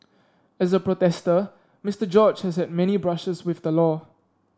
as a protester Mister George has a many brushes with the law